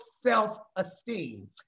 self-esteem